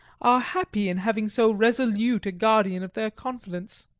are happy in having so resolute a guardian of their confidence.